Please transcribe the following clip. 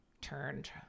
turned